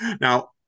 now